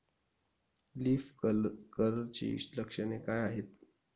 Leaf कर्लची लक्षणे काय आहेत?